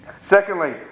Secondly